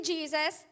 Jesus